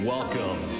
Welcome